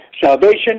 salvation